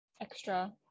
extra